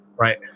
right